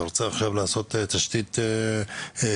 אתה רוצה עכשיו לעשות תשתית תקשורת?